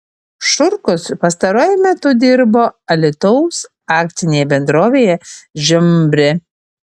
šurkus pastaruoju metu dirbo alytaus akcinėje bendrovėje žembrė